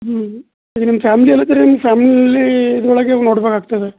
ಹ್ಞೂ ಅದು ನಿಮ್ಮ ಫ್ಯಾಮ್ಲಿ ಅಲ್ಲ ಅದಿರೇನು ನಿಮ್ಮ ಫ್ಯಾಮ್ಲಿಲಿ ಇದರೊಳಗೆ ನೋಡ್ಬೇಕಾಗ್ತದೆ